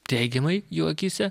teigiamai jų akyse